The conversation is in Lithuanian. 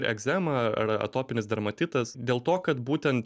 egzema ar atopinis dermatitas dėl to kad būtent